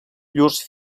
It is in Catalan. llurs